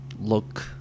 look